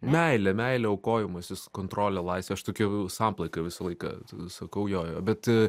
meilė meilė aukojimasis kontrolė laisvė aš tokia samplaiką visą laiką sakau jo jo bet